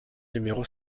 numéro